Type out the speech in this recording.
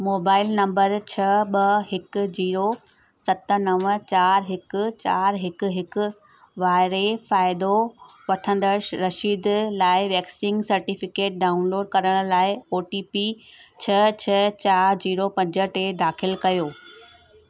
mobile number छह ॿ हिकु जीरो सत नव चार हिकु चार हिकु हिकु वारे फ़ाइदो वठंदड़ु रशिद लाइ वैक्सीन सर्टिफिकेट डाउनलोड करण लाइ ओटीपी छह छह चार जीरो पंज टे दाख़िलु कयो